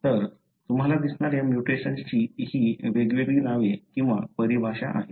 तर तुम्हाला दिसणाऱ्या म्युटेशन्स ची ही वेगवेगळी नावे किंवा परिभाषा आहेत